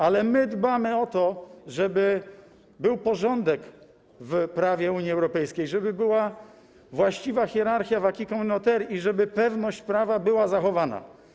Ale my dbamy o to, żeby był porządek w prawie Unii Europejskiej, żeby była właściwa hierarchia w acquis communautaire i żeby pewność prawa była zachowana.